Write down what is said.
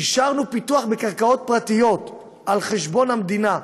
אישרנו פיתוח בקרקעות פרטיות על חשבון המדינה,